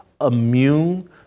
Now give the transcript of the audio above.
immune